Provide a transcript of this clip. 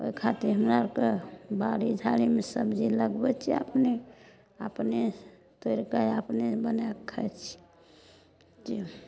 ओहि खातिर हमरा आरके बाड़ी झाड़ीमे सबजी लगबैत छियै अपने अपने तोड़िके अपने बनाएके खाइत छियै जे